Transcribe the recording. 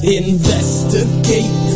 investigate